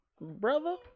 brother